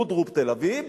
אודרוב תל-אביב",